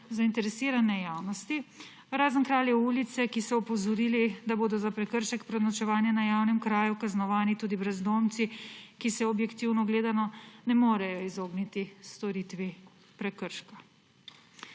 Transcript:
zainteresirane javnosti, razen Kraljev ulice, ki so opozorili, da bodo za prekršek prenočevanja na javnem kraju kaznovani tudi brezdomci, ki se, objektivno gledano, ne morejo izogniti storitvi prekrška.